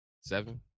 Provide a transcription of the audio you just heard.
seven